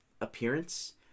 appearance